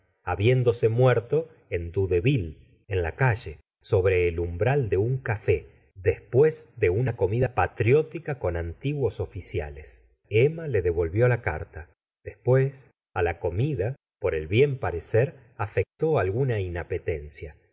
habiendo muerto en doudeville en la calle sobre el umbral de un café después de una comida patriótica con antiguos oficiales emma le devolvió la carta después á la comida por el bien parecer afectó alguna inapetencia